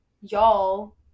y'all